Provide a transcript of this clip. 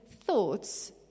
thoughts